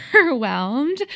overwhelmed